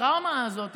הטראומה הזו,